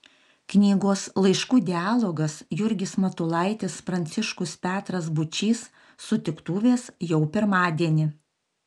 knygos laiškų dialogas jurgis matulaitis pranciškus petras būčys sutiktuvės jau pirmadienį